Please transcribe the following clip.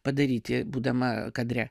padaryti būdama kadre